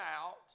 out